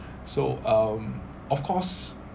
so um of course